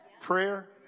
Prayer